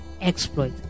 exploit